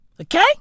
Okay